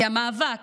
כי המאבק